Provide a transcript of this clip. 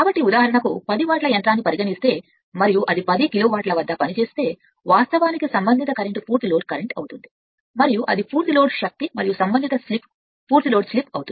కాబట్టి ఉదాహరణకు 10 వాట్ల యంత్రాన్ని చెబితే మరియు అది 10 కిలోవాట్ల వద్ద పనిచేస్తే వాస్తవానికి సంబంధిత కరెంట్ పూర్తి లోడ్ కరెంట్ అవుతుంది మరియు అది పూర్తి లోడ్ శక్తి మరియు సంబంధిత స్లిప్ పూర్తి లోడ్ స్లిప్ అవుతుంది